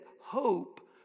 hope